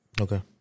Okay